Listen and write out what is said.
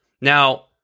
Now